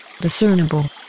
Discernible